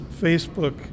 Facebook